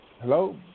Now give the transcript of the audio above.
hello